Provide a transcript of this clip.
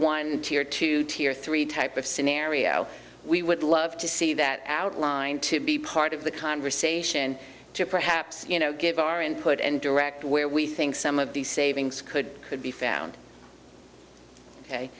one tier two tier three type of scenario we would love to see that outline to be part of the conversation to perhaps you know give our input and direct where we think some of these savings could could be found ok